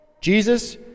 Jesus